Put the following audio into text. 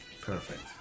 Perfect